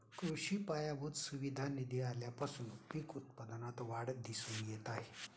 कृषी पायाभूत सुविधा निधी आल्यापासून पीक उत्पादनात वाढ दिसून येत आहे